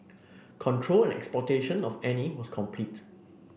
control and exploitation of Annie was complete